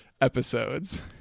episodes